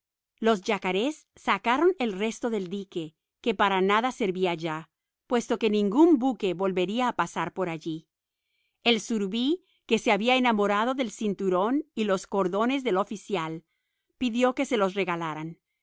los yacarés sacaron el resto del dique que para nada servía ya puesto que ningún buque volvería a pasar por allí el surubí que se había enamorado del cinturón y los cordones del oficial pidió que se los regalaran